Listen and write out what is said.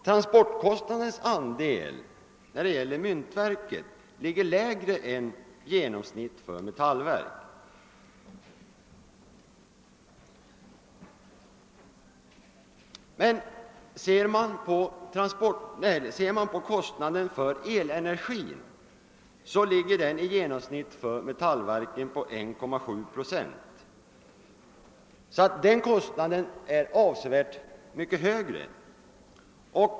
Transportkostnadernas andel när det gäller myntverkel är alltså mindre än genomsnittligt för metallverk. Kostnaden för elenergi ligger i genomsnitt för metallverk på 1,7 procent. Den kostnaden är således avsevärt högre.